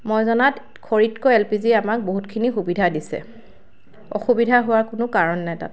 মই জনাত খৰিতকৈ এল পি জি য়ে আমাক বহুতখিনি সুবিধা দিছে অসুবিধা হোৱাৰ কোনো কাৰণ নাই তাত